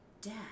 Dad